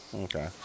Okay